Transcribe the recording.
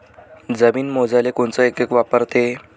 जमीन मोजाले कोनचं एकक वापरते?